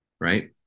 right